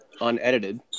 unedited